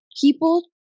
people